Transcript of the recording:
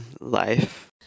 life